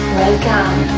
welcome